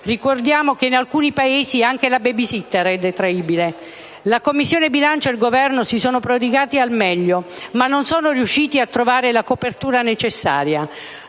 Ricordiamo che in alcuni Paesi anche la spesa per la *baby sitter* è detraibile. La Commissione bilancio e il Governo si sono prodigati al meglio ma non sono riusciti a trovare la copertura necessaria.